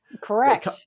correct